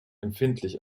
empfindlich